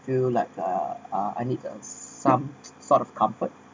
feel like a a I need a some sort of comfort